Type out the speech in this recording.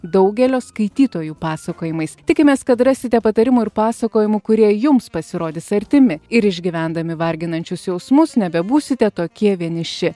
daugelio skaitytojų pasakojimais tikimės kad rasite patarimų ir pasakojimų kurie jums pasirodys artimi ir išgyvendami varginančius jausmus nebebūsite tokie vieniši